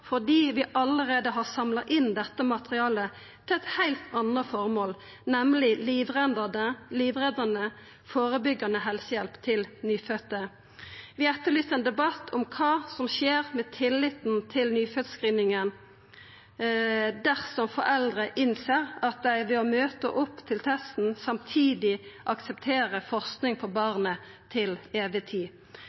fordi vi allereie har samla inn dette materialet til eit heilt anna føremål, nemleg livreddande, førebyggjande helsehjelp til nyfødde. Vi etterlyser ein debatt om kva som skjer med tilliten til nyføddscreeninga dersom foreldre innser at dei ved å møta opp til testen samtidig aksepterer forsking på barnet til